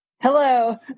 Hello